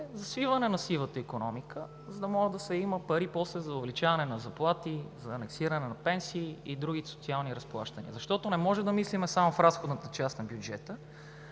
за свиване на сивата икономика, за да може после да има пари за увеличаване на заплати, за анексиране на пенсии и други социални разплащания. Защото не може да мислим само в разходната част на бюджета,